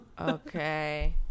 okay